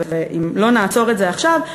אם לא נעצור את זה עכשיו,